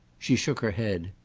she shook her head.